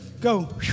go